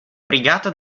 brigata